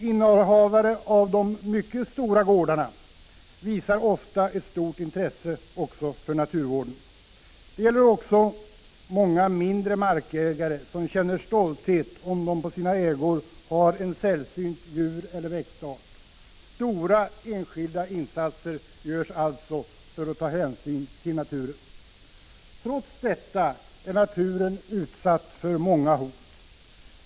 Innehavare av de mycket stora gårdarna visar ofta ett stort intresse för naturvården. Detta gäller också många mindre markägare som känner stolthet om de på sina ägor har en sällsynt djureller växtart. Stora enskilda insatser görs alltså för att ta hänsyn till naturen. Trots detta är naturen utsatt för många hot.